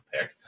pick